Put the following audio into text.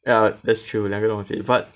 ya that's true 两个都忘记 but